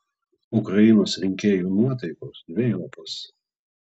ukrainos rinkėjų nuotaikos dvejopos